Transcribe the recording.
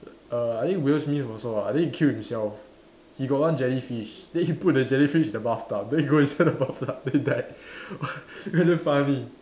err I think Will Smith also ah I think he kill himself he got one jellyfish then he put the jellyfish in the bathtub then he go inside the bathtub then he died then damn funny